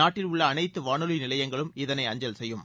நாட்டில் உள்ள அனைத்து வானொலி நிலையங்களும் இதனை அஞ்சல் செய்யும்